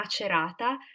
Macerata